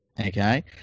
Okay